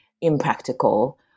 impractical